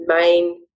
main